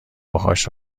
باهاش